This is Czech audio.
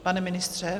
Pane ministře?